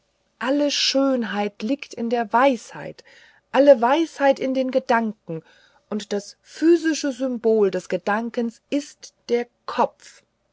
alle schönheit liegt in der weisheit alle weisheit in dem gedanken und das physische symbol des gedankens ist der kopf